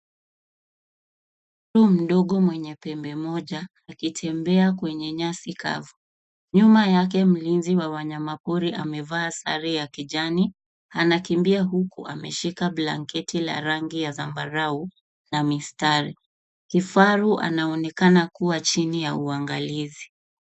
Kifaru mdogo mwenye pembe moja akitembea kwenye nyasi kavu nyuma yake mlinzi wa wanyama pori amevaa sare ya kijani anakimbia huku ameshika blanketi la rangi ya zambarau na mistari kifaru anaonekana kuwa chini ya uangalizi.